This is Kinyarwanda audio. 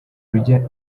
rujya